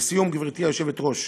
לסיום, גברתי היושבת-ראש,